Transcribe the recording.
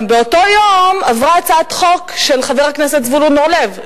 באותו יום גם עברה הצעת חוק של חבר הכנסת זבולון אורלב,